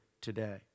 today